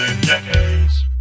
Decades